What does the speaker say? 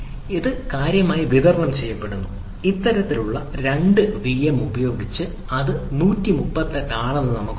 അത് കാര്യമായി വിതരണം ചെയ്യപ്പെടുന്നു ഇത്തരത്തിലുള്ള 2 വിഎം ഉപയോഗിച്ച് അത് 138 ആണെന്ന് നമുക്ക് പറയാം